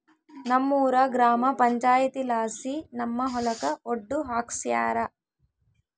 ನಮ್ಮೂರ ಗ್ರಾಮ ಪಂಚಾಯಿತಿಲಾಸಿ ನಮ್ಮ ಹೊಲಕ ಒಡ್ಡು ಹಾಕ್ಸ್ಯಾರ